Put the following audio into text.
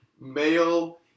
male